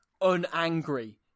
unangry